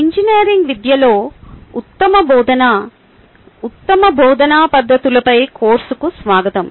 engineering విద్యలో ఉత్తమ బోధనా పద్ధతులపై కోర్సుకు స్వాగతం